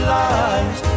lies